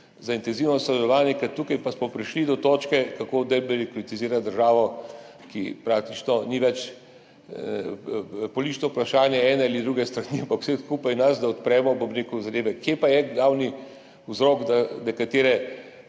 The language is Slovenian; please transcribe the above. za intenzivno sodelovanje, ker tukaj pa smo prišli do točke, kako debirokratizirati državo, ki praktično ni več politično vprašanje ene ali druge strani, ampak vseh nas skupaj, da odpremo te zadeve. Kaj pa je glavni vzrok, da nekatera